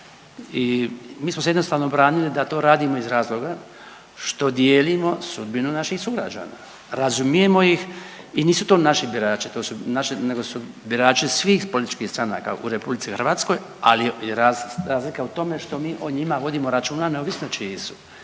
i mi smo se jednostavno branili da to radimo iz razloga što dijelimo sudbinu naših sugrađana. Razumijemo ih i nisu to naši birači to su naši, nego su birači svih političkih stranaka u RH, ali je razlika o tome što mi o njima vodimo računa neovisno čiji su.